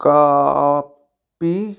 copy